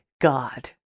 god